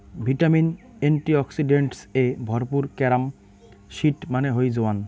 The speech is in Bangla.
ভিটামিন, এন্টিঅক্সিডেন্টস এ ভরপুর ক্যারম সিড মানে হই জোয়ান